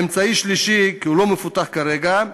אמצעי שלישי, שהוא לא מפותח כרגע: